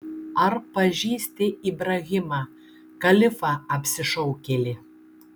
ar pažįsti ibrahimą kalifą apsišaukėlį